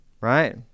right